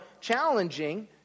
challenging